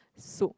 soup